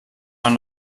man